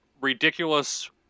ridiculous